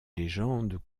légendes